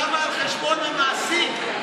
למה על חשבון המעסיק?